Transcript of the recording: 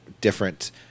different